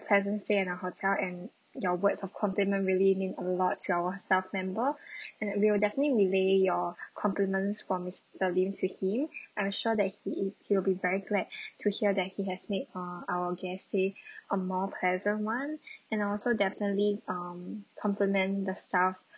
pleasant stay in our hotel and your words of compliment really mean a lots to our staff member and that we will definitely relay your compliments from mister lim to him I'm sure that he is he'll be very glad to hear that he has made uh our guest stay a more pleasant one and also definitely um compliment the staff